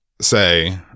say